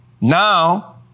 Now